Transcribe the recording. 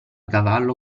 cavallo